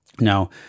Now